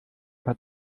hat